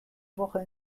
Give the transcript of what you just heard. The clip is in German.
woche